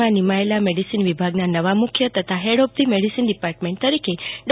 માં નીમાયેલા મેડીસીન વિભાગના નવા મુખ્ય તથા head of the medicine department તરીકે ડો